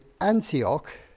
Antioch